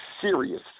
serious